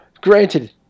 granted